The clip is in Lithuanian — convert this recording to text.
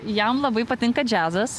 jam labai patinka džiazas